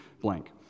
blank